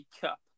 Cup